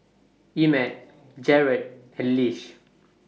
Emett Jarred and Lish